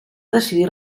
decidir